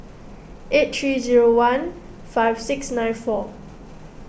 eight three zero one five six nine four